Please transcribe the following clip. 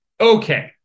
Okay